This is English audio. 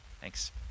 Thanks